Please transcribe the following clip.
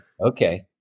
Okay